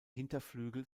hinterflügel